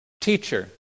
teacher